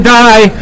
die